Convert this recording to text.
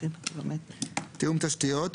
"תיאום תשתיות"